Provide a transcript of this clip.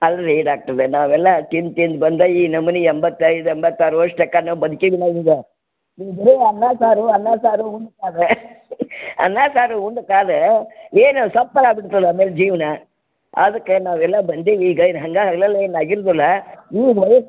ಅಲ್ಲ ರಿ ಡಾಕ್ಟರೆ ನಾವೆಲ್ಲ ತಿಂದು ತಿಂದು ಬಂದೆ ಈ ನಮುನಿ ಎಂಬತ್ತೈದು ಎಂಬತ್ತಾರು ವರ್ಷ ಲೆಕ್ಕ ನಾ ಬದ್ಕಿವಿ ನಾವೀಗ ಬರೇ ಅನ್ನ ಸಾರು ಅನ್ನ ಸಾರು ಉಣ್ಣುತ್ತಾರೆ ಅನ್ನ ಸಾರು ಉಂಡು ಏನು ಜೀವನ ಅದಕ್ಕೆ ನಾವೆಲ್ಲ ಬಂದೀವಿ ಈಗ ಇದು ಹಂಗೆ ಏನು ಆಗಿರುದಿಲ್ಲ